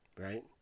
right